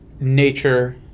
nature